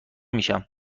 میشیم